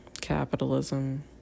Capitalism